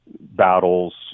battles